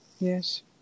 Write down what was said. Yes